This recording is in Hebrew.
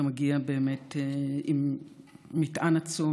אתה מגיע עם מטען עצום,